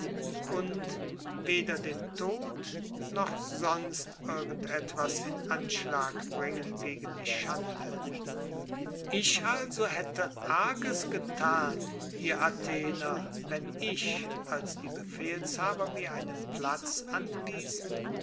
und weder den tod noch sonst irgend etwas in anschlag bringen gegen die schande ich also hätte arges getan ihr athener wenn ich als die befehlshaber mir einen platz anwiesen